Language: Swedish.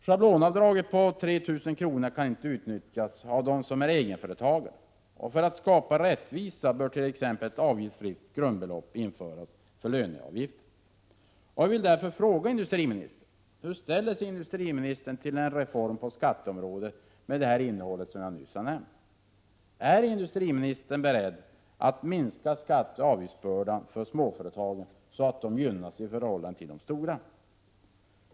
Schablonavdraget på 3 000 kr. kan inte utnyttjas av den som är egenföretagare. För att skapa rättvisa bör t.ex. ett avgiftsfritt grundbelopp införas för löneavgiften. Jag vill därför fråga industriministern: Hur ställer sig industriministern till en reform på skatteområdet med det innehåll jag nyss har nämnt? Är industriministern beredd att minska skatteoch avgiftsbördan för småföretagen så att de gynnas i förhållande till de stora?